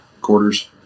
quarters